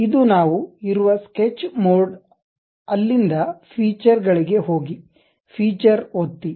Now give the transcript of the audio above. ಇದು ನಾವು ಇರುವ ಸ್ಕೆಚ್ ಮೋಡ್ ಅಲ್ಲಿಂದ ಫೀಚರ್ಗಳಿಗೆ ಹೋಗಿ ಫೀಚರ್ ಒತ್ತಿ